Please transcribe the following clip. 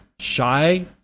Shy